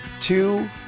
two